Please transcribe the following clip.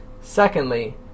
Secondly